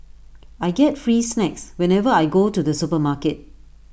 I get free snacks whenever I go to the supermarket